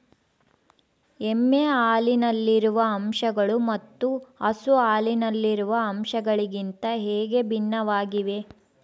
ಎಮ್ಮೆ ಹಾಲಿನಲ್ಲಿರುವ ಅಂಶಗಳು ಮತ್ತು ಹಸು ಹಾಲಿನಲ್ಲಿರುವ ಅಂಶಗಳಿಗಿಂತ ಹೇಗೆ ಭಿನ್ನವಾಗಿವೆ?